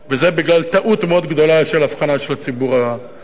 וזה בגלל טעות מאוד גדולה של הבחנה של הציבור הכללי.